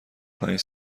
پنج